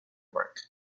work